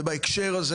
ואני אומר בהקשר הזה,